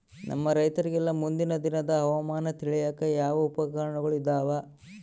ನಮ್ಮ ರೈತರಿಗೆಲ್ಲಾ ಮುಂದಿನ ದಿನದ ಹವಾಮಾನ ತಿಳಿಯಾಕ ಯಾವ ಉಪಕರಣಗಳು ಇದಾವ?